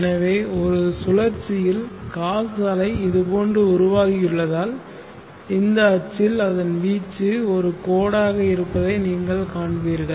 எனவே ஒரு சுழற்சியில் காஸ் அலை இதுபோன்று உருவாகியுள்ளதால் இந்த அச்சில் அதன் வீச்சு ஒரு கோடாக ஆக இருப்பதை நீங்கள் காண்பீர்கள்